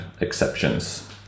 exceptions